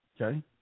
Okay